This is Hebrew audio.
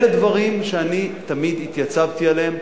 אלה דברים שאני תמיד התייצבתי עליהם,